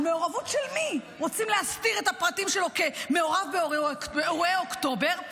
מעורבות של מי רוצים להסתיר את הפרטים שלו כמעורב באירועי אוקטובר?